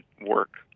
work